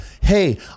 hey